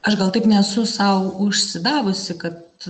aš gal taip nesu sau užsidavusi kad